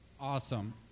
Awesome